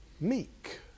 Meek